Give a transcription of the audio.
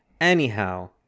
anyhow